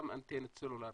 גם אנטנות סלולר,